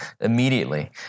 immediately